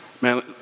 man